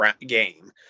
game